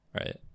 right